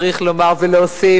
מתנחלת, צריך לומר ולהוסיף.